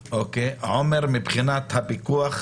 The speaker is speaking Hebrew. עומר, מבחינת הפיקוח,